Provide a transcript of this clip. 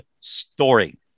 story